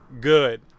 Good